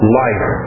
life